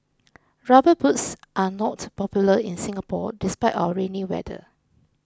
rubber boots are not popular in Singapore despite our rainy weather